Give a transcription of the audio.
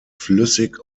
flüssig